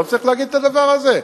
לא צריך להגיד את הדבר הזה?